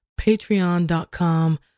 patreon.com